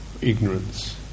Ignorance